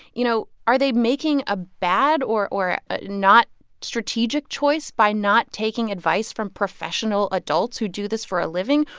you know, are they making a bad or or ah not strategic choice by not taking advice from professional adults who do this for a living?